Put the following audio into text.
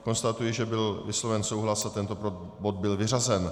Konstatuji, že byl vysloven souhlas a tento bod byl vyřazen.